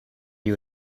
you